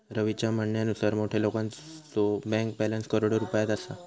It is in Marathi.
रवीच्या म्हणण्यानुसार मोठ्या लोकांचो बँक बॅलन्स करोडो रुपयात असा